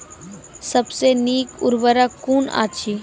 सबसे नीक उर्वरक कून अछि?